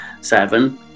seven